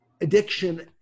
addiction